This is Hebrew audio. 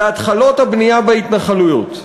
בהתחלות הבנייה בהתנחלויות.